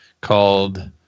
Called